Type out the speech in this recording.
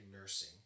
nursing